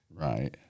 Right